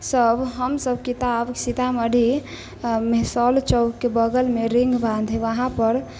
सभ हमसभ किताब सीतामढ़ी मैहसौल चौकके बगलमे रिंग बाँध हइ वहाँपर